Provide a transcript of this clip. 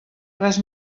res